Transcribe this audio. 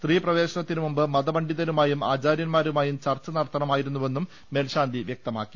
സ്ത്രീപ്രവേശനത്തിനുമുമ്പ് മതപണ്ഡിതരു മായും ആചാര്യന്മാരുമായും ചർച്ച നടത്തണമായിരുന്നുവെന്നും മേൽശാന്തി പറഞ്ഞു